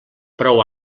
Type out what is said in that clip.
prou